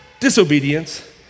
disobedience